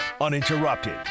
uninterrupted